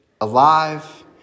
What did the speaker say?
alive